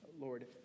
Lord